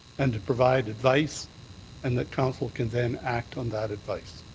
and to provide advice and that council can then act on that advice.